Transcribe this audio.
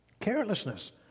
Carelessness